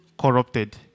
corrupted